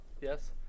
Yes